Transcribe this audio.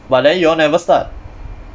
but then you all never start